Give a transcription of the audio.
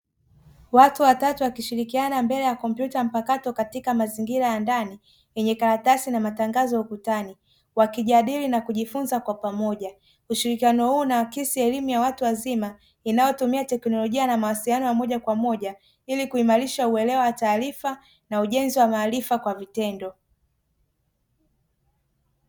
Watu watatu wakishirikiana mbele ya kompyuta mpakato katika mazingira ya ndani yenye karatasi na matangazo ya ukutani wakijadili na kujifunza kwa pamoja ushirikiano huu unaakisi elimu ya watu wazima inayotumia teknolojia na mawasiliano ya moja kwa moja ili kuimarisha uelewa wa taarifa na ujenzi wa maarifa kwa vitendo.